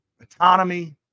autonomy